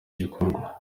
gikorwa